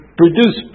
produce